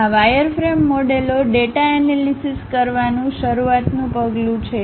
આ વાયરફ્રેમ મોડેલો data analysis કરવાનું શરૂઆતનું પગલું છે